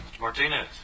Martinez